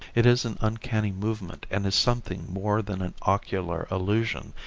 it is an uncanny movement and is something more than an ocular illusion,